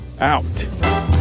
out